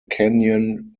kenyon